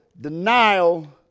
Denial